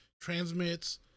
transmits